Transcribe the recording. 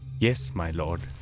yes, my lord.